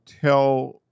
tell